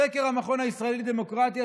סקר המכון הישראלי לדמוקרטיה